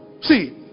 see